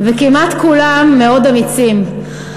וכמעט כולם מאוד אמיצים.